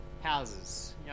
houses